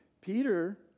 Peter